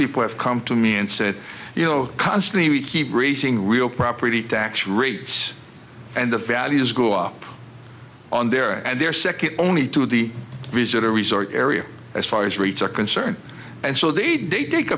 people have come to me and said you know constantly we keep raising real property tax rates and the values go up on there and they are second only to the resort or resort area as far as rates are concerned and so they did take